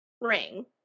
ring